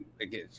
again